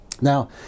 Now